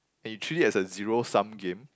and you treat it as a zero sum game